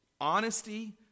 honesty